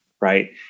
right